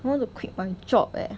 I want to quit my job eh